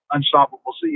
Unstoppable